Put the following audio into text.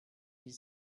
wie